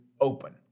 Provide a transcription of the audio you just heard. open